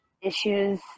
issues